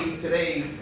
today